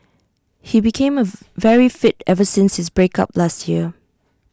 he became A very fit ever since his break up last year